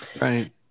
Right